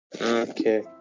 Okay